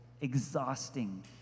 exhausting